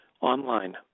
online